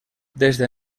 desde